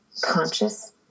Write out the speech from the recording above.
conscious